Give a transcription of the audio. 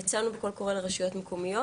יצאנו בקול קורא לרשויות מקומיות.